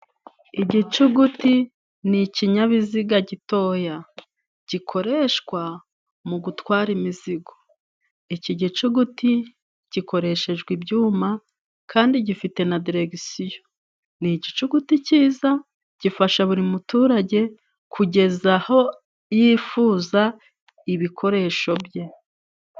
Igicuguti ni ikinyabiziga gitoya. Gikoreshwa mugutwara imizigo. Iki gicuguti gikoreshejwe ibyuma kandi gifite na deregisiyo. Ni igicuguti ciza gifasha buri muturage kugeza aho yifuza ibikoresho bye.